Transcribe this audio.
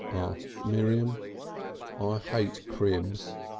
asked miriam. i hate cribs,